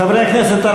חברי הכנסת,